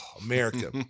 America